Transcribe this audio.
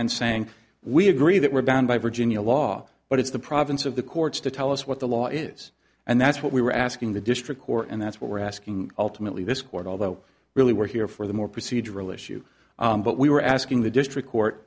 and saying we agree that we're bound by virginia law but it's the province of the courts to tell us what the law is and that's what we were asking the district court and that's what we're asking ultimately this court although really we're here for the more procedural issue but we were asking the district court